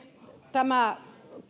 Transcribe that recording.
tämä